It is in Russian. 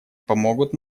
помогут